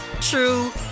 true